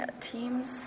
teams